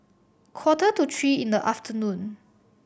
quarter to three in the afternoon